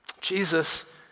Jesus